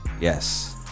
Yes